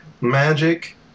magic